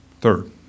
Third